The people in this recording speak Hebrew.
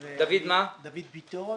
המפעל שלנו קרוב